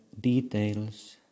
details